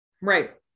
Right